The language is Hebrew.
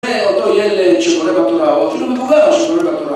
זה אותו ילד שקורא בתורה, או שיש לו חבר שקורא בתורה